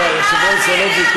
לא, היושב-ראש, זה לא ויכוח.